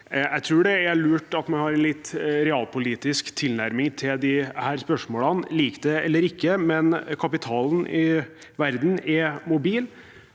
Jeg tror det er lurt at man har litt realpolitisk tilnærming til disse spørsmålene. Lik det eller ikke, men kapitalen i verden er mobil,